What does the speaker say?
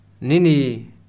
Nini